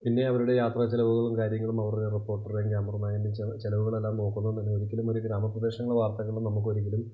പിന്നെ അവരുടെ യാത്രാ ചിലവുകളും കാര്യങ്ങളും അവരുടെ റിപ്പോർട്ടറിൻ്റെയും കേമറാമാൻ്റെയും ചിലവുകളെല്ലാം നോക്കുണ്ടെന്നെ ഒരിക്കലുമൊര് ഗ്രാമപ്രദേശങ്ങൾളെ വാർത്തകൾ നമ്മ്ക്കൊരിക്കലും